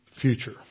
future